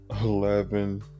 eleven